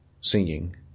singing